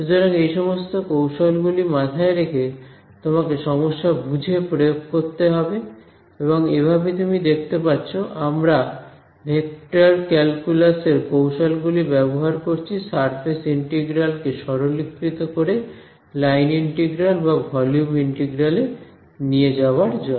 সুতরাং এই সমস্ত কৌশল গুলি মাথায় রেখে তোমাকে সমস্যা বুঝে প্রয়োগ করতে হবে এবং এভাবে তুমি দেখতে পাচ্ছো আমরা ভেক্টর ক্যালকুলাস এর কৌশল গুলি ব্যবহার করছি সারফেস ইন্টিগ্রাল কে সরলীকৃত করে লাইন ইন্টিগ্রাল বা ভলিউম ইন্টিগ্রাল এ নিয়ে যাবার জন্য